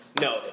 No